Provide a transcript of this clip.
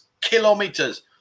Kilometers